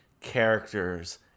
characters